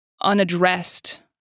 unaddressed